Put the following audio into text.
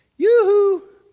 Yoo-hoo